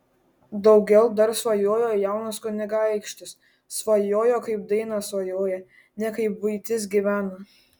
daugel dar svajojo jaunas kunigaikštis svajojo kaip daina svajoja ne kaip buitis gyvena